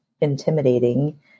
intimidating